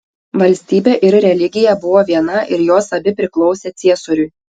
valstybė ir religija buvo viena ir jos abi priklausė ciesoriui